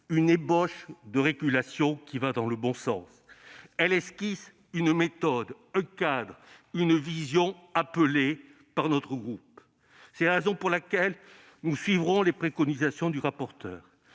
une ébauche de régulation allant dans le bon sens. Elle esquisse une méthode, un cadre, une vision appelés par notre groupe. C'est la raison pour laquelle nous suivrons les préconisations de la rapporteure.